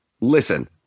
listen